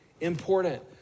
important